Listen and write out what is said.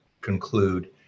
conclude